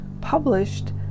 published